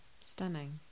stunning